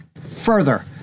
Further